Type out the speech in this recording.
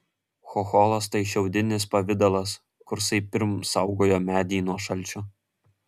chocholas tai šiaudinis pavidalas kursai pirm saugojo medį nuo šalčio